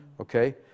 okay